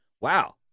wow